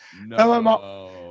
No